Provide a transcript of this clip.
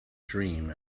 dream